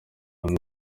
umwe